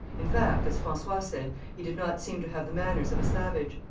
in fact, as francois said, he did not seem to have the manners of a savage.